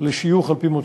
על-פי מוצא.